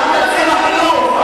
גם תקציב החינוך,